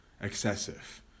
excessive